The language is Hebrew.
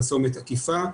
פרסומת עקיפה.